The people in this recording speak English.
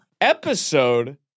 episode